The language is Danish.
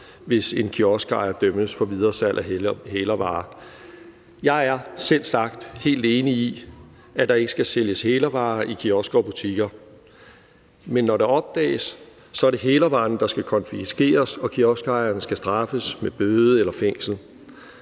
hvis en kioskejer dømmes for videresalg af hælervarer. Jeg er selvsagt helt enig i, at der ikke skal sælges hælervarer i kiosker og butikker. Men når det opdages, er det hælervaren, der skal konfiskeres, og kioskejeren skal straffes med bøde eller fængsel.